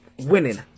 winning